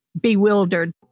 bewildered